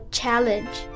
challenge